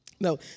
No